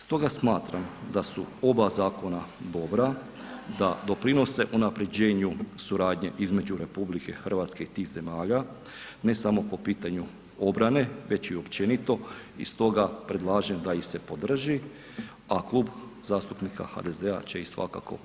Stoga smatram da su oba zakona dobra, da doprinose unaprjeđenju suradnje između RH i tih zemalja, ne samo po pitanju obrane već i općenito i stoga predlažem da ih se podrži, a Klub zastupnika HDZ-a će ih svakako podržati.